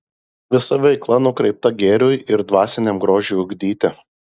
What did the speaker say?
visa veikla nukreipta gėriui ir dvasiniam grožiui ugdyti